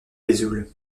vesoul